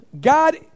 God